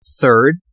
Third